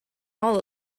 all